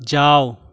যাও